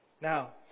Now